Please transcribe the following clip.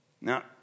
Now